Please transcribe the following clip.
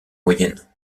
moyenne